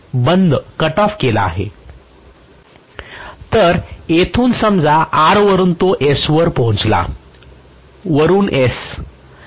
तर येथून समजा R वरुन तो S वर पोहचला वरुन S